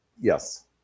Yes